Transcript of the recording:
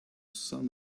some